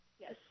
Yes